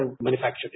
manufactured